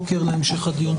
בבוקר להמשך הדיון.